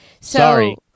Sorry